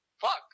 Fuck